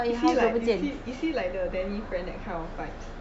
is he like is is he like the danny friend that kind of vibes